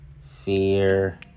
fear